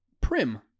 Prim